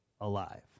alive